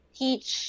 teach